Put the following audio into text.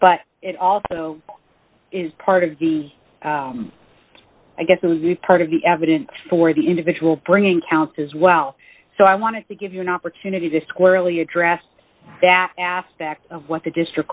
but it also is part of the i guess is the part of the evidence for the individual bringing counts as well so i want to give you an opportunity to squarely address that aspect of what the district